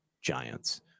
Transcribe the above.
giants